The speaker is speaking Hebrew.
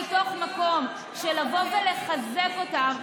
מתוך מקום של לבוא ולחזק אותם,